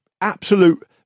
absolute